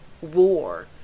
war